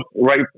right